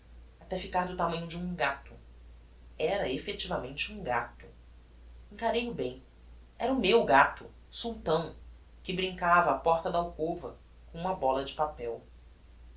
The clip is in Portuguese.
até ficar do tamanho de um gato era effectivamente um gato encarei o bem era o meu gato sultão que brincava á porta da alcova com uma bola de papel